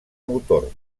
motor